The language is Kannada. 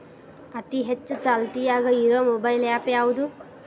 ಅತಿ ಹೆಚ್ಚ ಚಾಲ್ತಿಯಾಗ ಇರು ಮೊಬೈಲ್ ಆ್ಯಪ್ ಯಾವುದು?